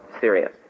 serious